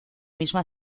misma